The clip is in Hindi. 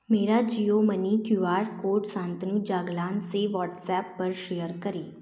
मेरा Jio money Q R code Shantanu Jaglan से वॉट्सएप पर शेयर करें